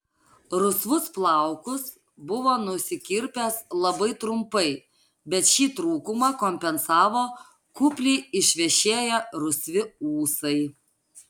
rusvus plaukus buvo nusikirpęs labai trumpai bet šį trūkumą kompensavo kupliai išvešėję rusvi ūsai